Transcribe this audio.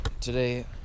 today